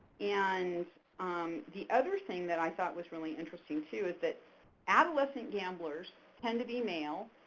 and the other thing that i thought was really interesting, too, is that adolescent gamblers tend to be male,